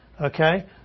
okay